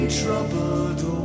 troubled